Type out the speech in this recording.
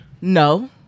No